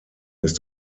ist